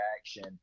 action